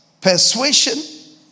persuasion